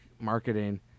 Marketing